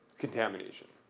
contamination.